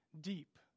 deep